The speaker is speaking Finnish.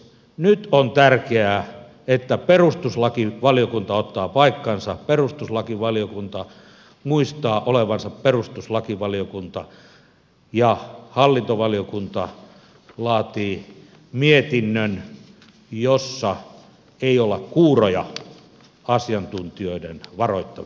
nyt on tärkeää että perustuslakivaliokunta ottaa paikkansa perustuslakivaliokunta muistaa olevansa perustuslakivaliokunta ja hallintovaliokunta laatii mietinnön jossa ei olla kuuroja asiantuntijoiden varoittaville sanoille